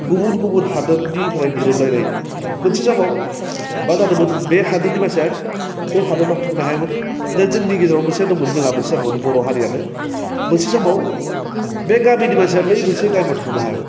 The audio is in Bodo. गुबुन गुबुन हादोदनिफ्राय गोरोबलायनाय मोनसे समाव मा जादोंमोन बे हादोदनि मानसिया बै हादोदआव थांनो हायामोन दा जोंनि गेजेराव मोनसे दंमोन जोंहा जाहोन मोनसे समाव जोंहा बर' हारियानो मोनसे समाव बे गामिनि मानसिया बै मोनसे गामियाव थांनो हायामोन